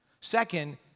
Second